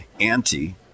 anti